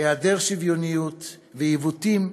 היעדר שוויוניות ועיוותים,